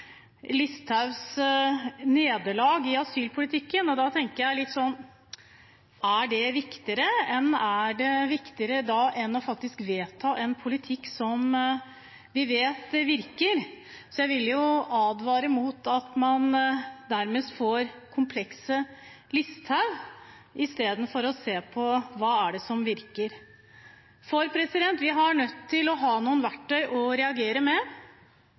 Listhaugs nederlag i asylpolitikken. Da tenker jeg: Er dét viktigere enn faktisk å vedta en politikk som vi vet virker? Jeg vil advare mot at man nærmest får «komplekset Listhaug», i stedet for å se på hva som virker. Vi er nødt til å ha noen verktøy å reagere med.